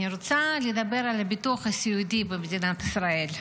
אני רוצה לדבר על הביטוח הסיעודי במדינת ישראל.